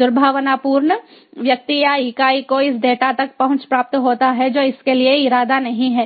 दुर्भावनापूर्ण व्यक्ति या इकाई को इस डेटा तक पहुंच प्राप्त होता है जो इसके लिए इरादा नहीं था